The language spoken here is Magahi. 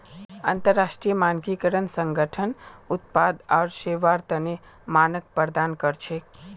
अंतरराष्ट्रीय मानकीकरण संगठन उत्पाद आर सेवार तने मानक प्रदान कर छेक